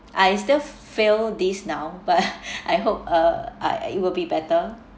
I still fail this now but I hope uh I it will be better